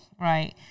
right